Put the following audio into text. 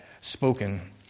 spoken